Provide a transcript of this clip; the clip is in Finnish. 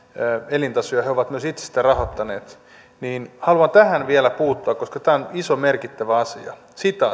elintasoa ja he ovat myös itse sitä rahoittaneet tähän puuttua koska tämä on iso merkittävä asia